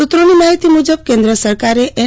સુ ત્રોની માહિતી મુ જબ કેન્દ્ર સરકારે એન